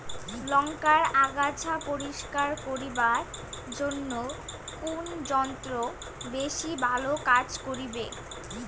লংকার আগাছা পরিস্কার করিবার জইন্যে কুন যন্ত্র বেশি ভালো কাজ করিবে?